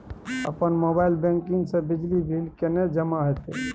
अपन mobile banking से बिजली बिल केने जमा हेते?